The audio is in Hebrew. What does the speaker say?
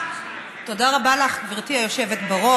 תודה רבה לך, גברתי היושבת-ראש.